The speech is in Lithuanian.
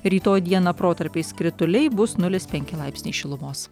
rytoj dieną protarpiais krituliai bus nulis penki laipsniai šilumos